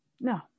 No